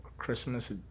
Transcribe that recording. Christmas